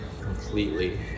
completely